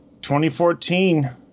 2014